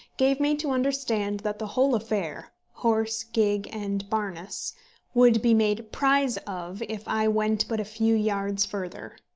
gave me to understand that the whole affair horse, gig, and harness would be made prize of if i went but a few yards farther.